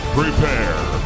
prepare